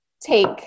take